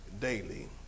daily